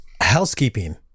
Housekeeping